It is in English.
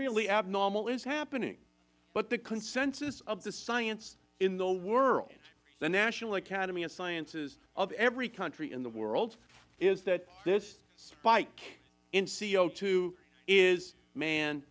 really abnormal is happening but the consensus of the science in the world the national academy of sciences of every country in the world is that this spike in co is man